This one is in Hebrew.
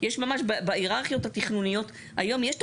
יש ממש בהיררכיות התכנוניות היום יש תוכנית.